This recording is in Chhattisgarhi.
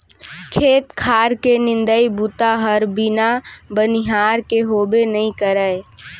खेत खार के निंदई बूता हर बिना बनिहार के होबे नइ करय